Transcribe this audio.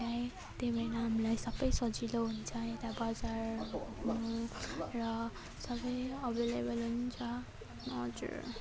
हामीलाई त्यही भएर हामीलाई सबै सजिलो हुन्छ यता बजार र सबै एभाइलेभल हुन्छ हजुर